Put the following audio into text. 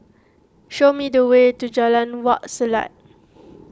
show me the way to Jalan Wak Selat